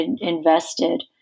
invested